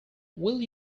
will